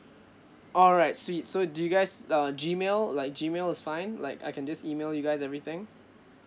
alright sweet so do you guys uh G mail like G mail is fine like I can just email you guys everything